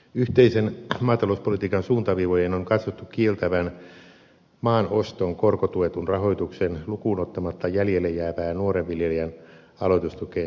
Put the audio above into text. yhteisen maatalouspolitiikan suuntaviivojen on katsottu kieltävän maan oston korkotuetun rahoituksen lukuun ottamatta jäljelle jäävää nuoren viljelijän aloitustukeen sisältyvää korkotukilainaa